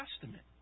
Testament